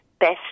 Best